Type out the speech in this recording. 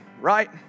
right